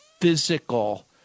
physical